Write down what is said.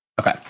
Okay